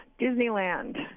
disneyland